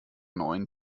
neuen